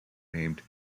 named